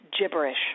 gibberish